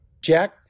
Jack